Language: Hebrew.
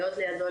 להיות לידו,